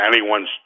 anyone's